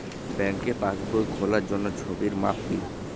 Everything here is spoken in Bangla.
ব্যাঙ্কে পাসবই খোলার জন্য ছবির মাপ কী?